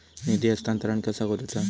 निधी हस्तांतरण कसा करुचा?